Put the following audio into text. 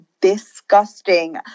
disgusting